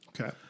Okay